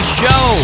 show